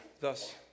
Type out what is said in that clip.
thus